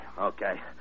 Okay